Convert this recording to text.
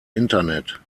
internet